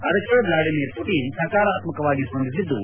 ಅದಕ್ಕೆ Vladimir Putin ಸಕಾರಾತ್ಮಕವಾಗಿ ಸ್ಪಂದಿಸಿದ್ದು